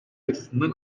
açısından